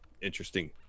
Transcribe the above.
interesting